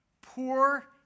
Poor